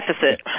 deficit